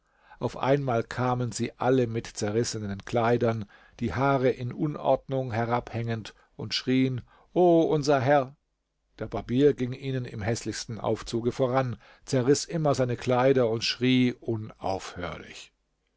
auf einmal kamen sie alle mit zerrissenen kleidern die haare in unordnung herabhängend und schrieen o unser herr der barbier ging ihnen im häßlichsten aufzuge voran zerriß immer seine kleider und schrie unaufhörlich